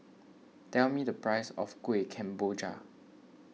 tell me the price of Kueh Kemboja